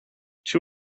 two